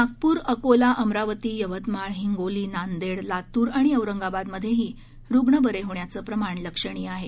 नागपूर अकोला अमरावती यवतमाळ हिंगोली नांदेड लातूर आणि औरंगाबाद मधेही रुग्ण बरे होण्याचं प्रमाण लक्षणीय आहे